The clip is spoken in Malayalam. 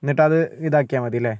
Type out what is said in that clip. എന്നിട്ട് അത് ഇതാക്കിയാൽ മതി അല്ലേ